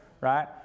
right